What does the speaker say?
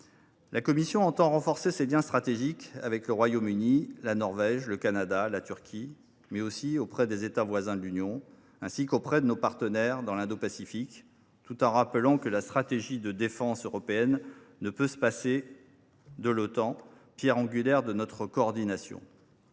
La Commission entend renforcer ses liens stratégiques avec le Royaume Uni, la Norvège, le Canada, la Turquie, mais aussi auprès des États voisins de l’Union, ainsi qu’auprès de ses partenaires dans l’Indo Pacifique, tout en rappelant que la stratégie de défense européenne ne peut se passer de l’Otan, pierre angulaire de notre coordination.